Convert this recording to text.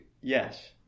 yes